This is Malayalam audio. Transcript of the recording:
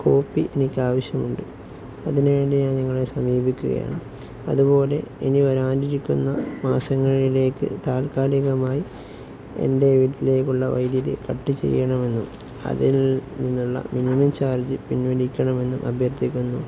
കോപ്പി എനിക്കാവശ്യമുണ്ട് അതിനുവേണ്ടി ഞാൻ നിങ്ങളെ സമീപിക്കുകയാണ് അതുപോലെ ഇനി വരാനിരിക്കുന്ന മാസങ്ങളിലേക്ക് താൽക്കാലികമായി എൻ്റെ വീട്ടിലേക്കുള്ള വൈദ്യുതി കട്ട് ചെയ്യണമെന്നും അതിൽ നിന്നുള്ള മിനിമം ചാർജ് പിൻവലിക്കണമെന്നും അഭ്യർത്ഥിക്കുന്നു